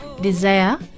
desire